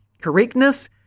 correctness